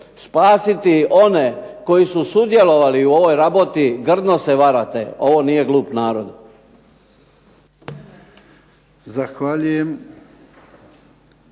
spasiti one koji su sudjelovali u ovoj raboti grdno se varate, ovo nije glup narod.